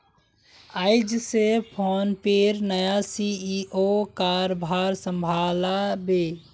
आइज स फोनपेर नया सी.ई.ओ कारभार संभला बे